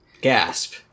Gasp